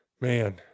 Man